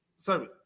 Sorry